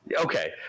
Okay